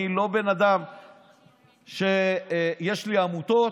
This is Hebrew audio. אני לא בן אדם שיש לו עמותות.